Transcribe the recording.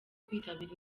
kwitabira